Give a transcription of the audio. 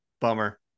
Bummer